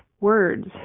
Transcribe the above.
words